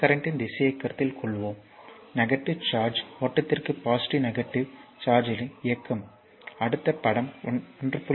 எந்த கரண்ட்யின் திசையை கருத்தில் கொள்வோம் நெகட்டிவ் சார்ஜ் ஓட்டத்திற்கு பாசிட்டிவ் நெகட்டிவ் சார்ஜ்களின் இயக்கம் அடுத்த படம் 1